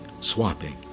Swapping